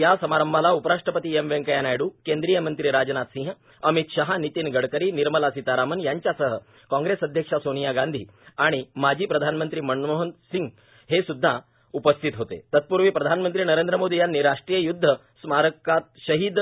या समारंभाला उपराष्ट्रपती एम व्यंकय्या नायडू केंद्रीय मंत्री राजनाथ सिंह अमित शाह नितिन गडकरी निर्मला सीतारामन यांच्यासह काँग्रेस अध्यक्षा सोनिया गांधी आणि माजी पंतप्रधान मनमोहन सिंह हे सुद्धा उपस्थित होते तत्पूर्वी प्रधानमंत्री नरेंद्र मोदी यांनी राष्ट्रीय युद्ध स्मारकात शहीद